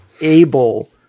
able